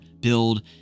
build